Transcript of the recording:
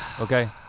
okay?